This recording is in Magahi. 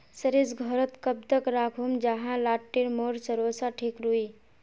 सरिस घोरोत कब तक राखुम जाहा लात्तिर मोर सरोसा ठिक रुई?